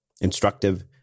instructive